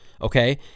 okay